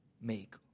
make